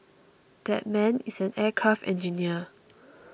that man is an aircraft engineer